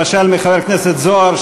למשל מחבר הכנסת זוהר,